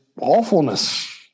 awfulness